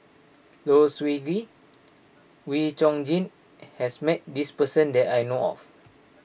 Low Siew Nghee Wee Chong Jin has met this person that I know of